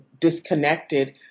disconnected